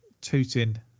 tooting